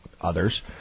others